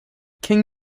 can